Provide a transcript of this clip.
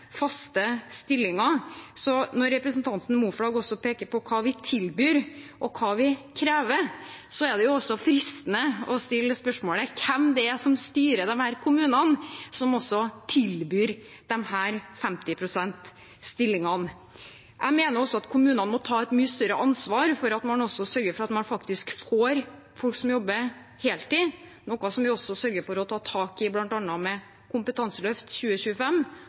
faste stillinger. Når representanten Moflag peker på hva vi tilbyr, og hva vi krever, er det fristende å stille spørsmål om hvem det er som styrer disse kommunene som tilbyr disse 50 pst.-stillingene. Jeg mener at kommunene må ta et mye større ansvar for å sørge for at man faktisk får folk som jobber heltid, noe som vi sørger for å ta tak i, bl.a. med Kompetanseløft 2025,